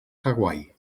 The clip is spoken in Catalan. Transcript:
hawaii